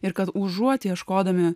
ir kad užuot ieškodami